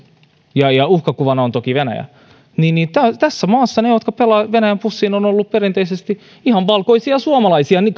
ja ja uhkakuvana on toki venäjä niin tässä maassa ne jotka pelaavat venäjän pussiin ovat olleet perinteisesti ihan valkoisia suomalaisia niin